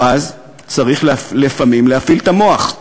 או-אז צריך לפעמים להפעיל את המוח,